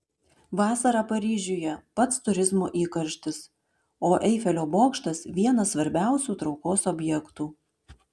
vasarą paryžiuje pats turizmo įkarštis o eifelio bokštas vienas svarbiausių traukos objektų